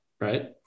right